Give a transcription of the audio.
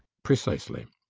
precisely.